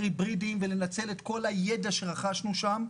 היברידיים ולנצל את כל הידע שרכשנו שם,